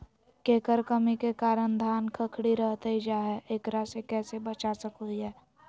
केकर कमी के कारण धान खखड़ी रहतई जा है, एकरा से कैसे बचा सको हियय?